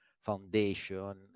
Foundation